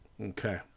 Okay